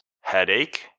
headache